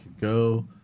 go